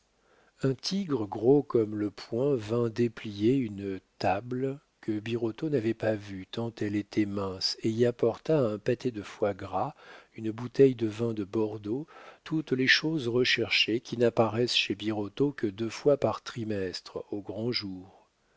un tigre gros comme le poing vint déplier une table que birotteau n'avait pas vue tant elle était mince et y apporta un pâté de foie gras une bouteille de vin de bordeaux toutes les choses recherchées qui n'apparaissaient chez birotteau que deux fois par trimestre aux grands jours